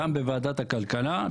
גם בוועדת הכלכלה.